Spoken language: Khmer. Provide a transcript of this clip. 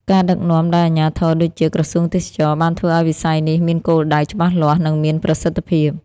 ការដឹកនាំដោយអាជ្ញាធរដូចជា ក្រសួងទេសចរណ៍បានធ្វើឱ្យវិស័យនេះមានគោលដៅច្បាស់លាស់ និងមានប្រសិទ្ធភាព។